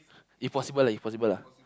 if possible lah if possible lah